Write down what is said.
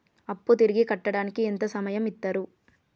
అప్పు తిరిగి కట్టడానికి ఎంత సమయం ఇత్తరు?